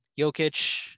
Jokic